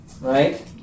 right